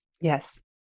Yes